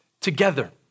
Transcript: together